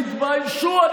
תתביישו לכם.